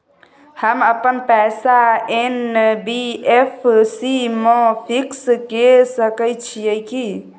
हम अपन पैसा एन.बी.एफ.सी म फिक्स के सके छियै की?